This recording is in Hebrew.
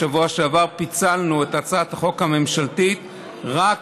בשבוע שעבר פיצלנו את הצעת החוק הממשלתית רק